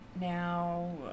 now